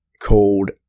called